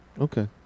Okay